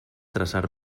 traçar